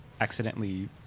accidentally